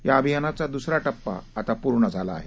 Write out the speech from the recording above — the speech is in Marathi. या अभियानाचा दुसरा टप्पा आता पूर्ण झाला आहे